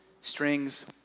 strings